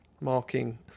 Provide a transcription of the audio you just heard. marking